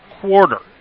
quarter